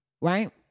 right